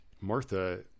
Martha